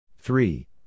Three